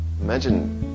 Imagine